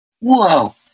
Whoa